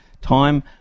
time